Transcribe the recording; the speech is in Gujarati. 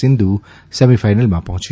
સિંધુ સેમીફાઇનલમાં પહોંચી